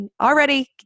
Already